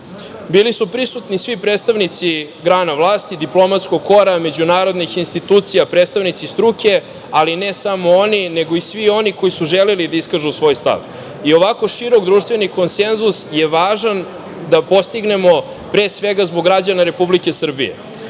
su prisutni svi predstavnici grana vlasti, diplomatskog kora, međunarodnih institucija, predstavnici struke, ali ne samo oni, nego i svi oni koji su želeli da iskažu svoj stav. I ovako širok društveni konsenzus je važan da postignemo, pre svega, zbog građana Republike Srbije.